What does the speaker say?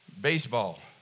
baseball